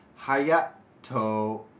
Hayato